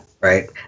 Right